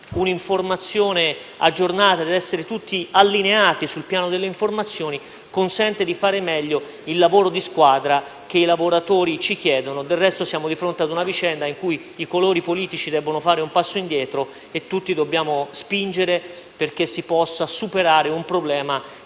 un'informazione aggiornata ed essere tutti allineati sul piano delle informazioni consente di fare meglio il lavoro di squadra che i lavoratori ci chiedono. Del resto siamo di fronte ad una vicenda in cui i colori politici devono fare un passo indietro e tutti dobbiamo spingere perché si possa superare un problema